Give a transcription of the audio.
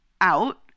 out